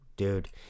Dude